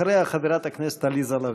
אחריה, חברת הכנסת עליזה לביא.